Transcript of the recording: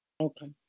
Okay